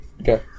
Okay